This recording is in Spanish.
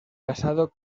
casado